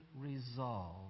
resolve